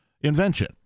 invention